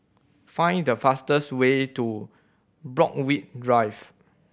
find the fastest way to Borthwick Drive